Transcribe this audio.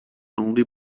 only